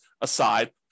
aside